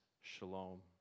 shalom